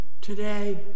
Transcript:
Today